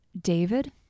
David